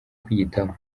kwiyitaho